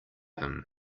him